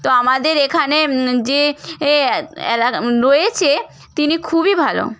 তো আমাদের এখানে যে এ এলাকা রয়েছে তিনি খুবই ভালো